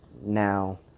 Now